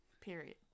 Period